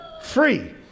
free